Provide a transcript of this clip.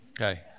Okay